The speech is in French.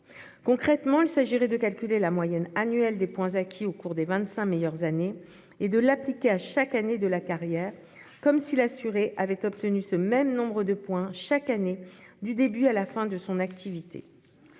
Concrètement, il s'agirait de calculer la moyenne annuelle des points acquis au cours des vingt-cinq meilleures années et de l'appliquer à chaque année de la carrière, comme si l'assuré avait obtenu ce même nombre de points chaque année du début à la fin de son activité.